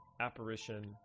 apparition